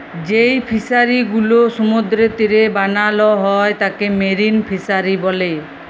যেই ফিশারি গুলো সমুদ্রের তীরে বানাল হ্যয় তাকে মেরিন ফিসারী ব্যলে